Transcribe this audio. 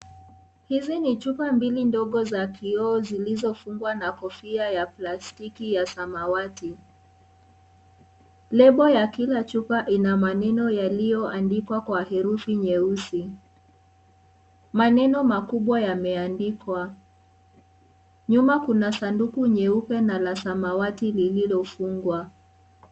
Hizi ni chupa mbili ndogo za kioo zilizofungwa na kofia ya plastiki ya samawati, lebo ya kila chupa ina maneno yaliyoandikwa kwa herufi nyeusi, maneno makubwa yameandikwa nyuma. Kuna sanduku nyeupe la samawati lililofungwa.